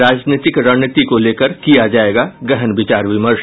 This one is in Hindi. राजनीतिक रणनीति को लेकर किया जायेगा गहन विचार विमर्श